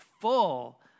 full